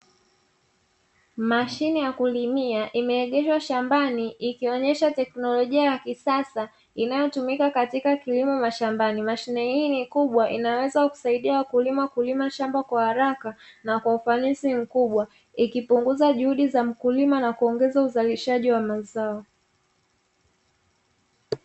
Mashine ya kulimia imeegeshwa shambani, ikionyesha teknolojia ya kisasa inayotumika katika kilimo mashambani. Mashine hii ni kubwa inayoweza kusaidia wakulima kulima shamba kwa haraka na kwa ufanisi mkubwa, ikipunguza juhudi za mkulima na kuongeza uzalishaji wa mazao.